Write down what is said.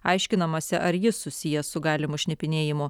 aiškinamasi ar jis susijęs su galimu šnipinėjimu